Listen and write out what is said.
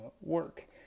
work